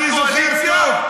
אני זוכר טוב,